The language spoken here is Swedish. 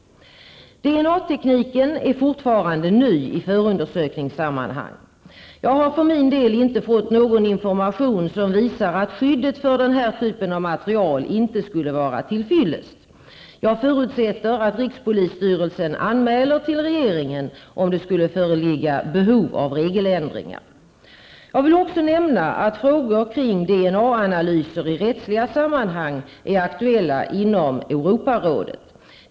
DNA-tekniken är fortfarande ny i förundersökningssammanhang. Jag har för min del inte fått någon information som visar att skyddet för den här typen av material inte skulle vara till fyllest. Jag förutsätter att rikspolisstyrelsen anmäler till regeringen om det skulle föreligga behov av regeländringar. Jag vill också nämna att frågor kring DNA-analyser i rättsliga sammanhang är aktuella inom Europarådet.